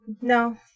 No